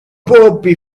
bobby